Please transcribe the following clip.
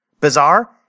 Bizarre